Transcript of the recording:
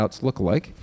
lookalike